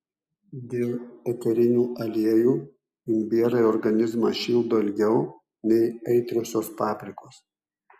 dėl eterinių aliejų imbierai organizmą šildo ilgiau nei aitriosios paprikos